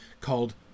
called